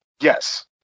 Yes